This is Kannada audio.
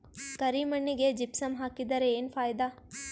ಕರಿ ಮಣ್ಣಿಗೆ ಜಿಪ್ಸಮ್ ಹಾಕಿದರೆ ಏನ್ ಫಾಯಿದಾ?